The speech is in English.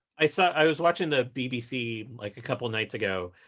i so i was watching the bbc like a couple of nights ago.